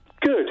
Good